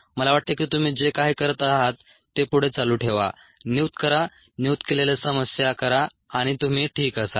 मला वाटते की तुम्ही जे काही करत आहात ते पुढे चालू ठेवा नियुक्त करा नियुक्त केलेल्या समस्या करा आणि तुम्ही ठीक असाल